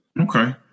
Okay